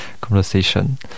conversation